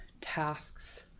tasks